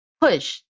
push